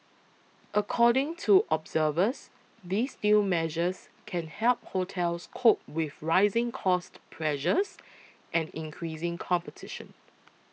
according to observers these new measures can help hotels cope with rising cost pressures and increasing competition